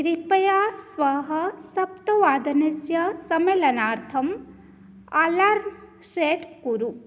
कृपया श्वः सप्तवादनस्य सम्मेलनार्थम् अलार्म् सेट् कुरु